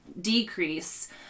decrease